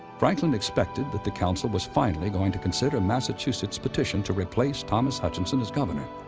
franklin expected that the council was finally going to consider massachusetts' petition to replace thomas hutchinson as governor.